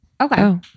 Okay